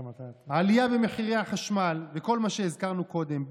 עלייה במחירי החשמל וכל מה שהזכרתי קודם,